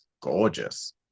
gorgeous